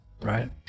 right